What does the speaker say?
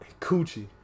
Coochie